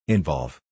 Involve